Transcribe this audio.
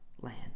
land